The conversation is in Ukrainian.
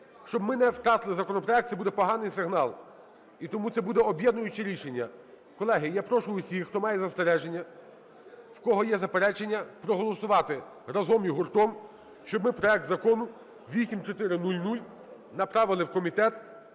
щоб ми не втратили законопроект. Це буде поганий сигнал. І тому це буде об'єднуюче рішення. Колеги, я прошу всіх, хто має застереження, в кого є заперечення, проголосувати разом і гуртом, щоб ми проект Закону 8400 направили в комітет